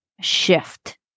shift